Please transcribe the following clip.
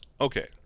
Okay